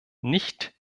nicht